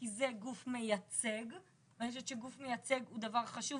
כי זה גוף מייצג ואני חושבת שגוף מייצר הוא דבר חשוב.